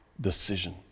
decision